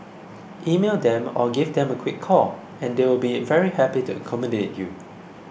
email them or give them a quick call and they will be very happy to accommodate you